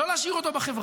לא להשאיר אותו בחברה.